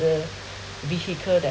vehicle that